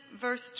verse